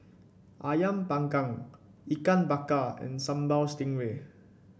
ayam panggang Ikan Bakar and Sambal Stingray